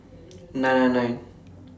nine nine nine